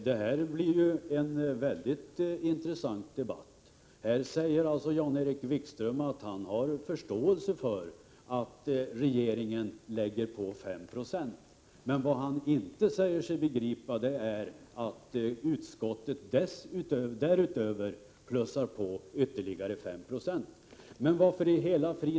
Herr talman! Det här blir en mycket intressant debatt. Jan-Erik Wikström säger att han har förståelse för att regeringen lägger på 5 90 men säger sig inte begripa att utskottet därutöver plussar på ytterligare 5 90. Men varför i hela — Prot.